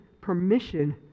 permission